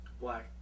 Black